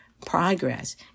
progress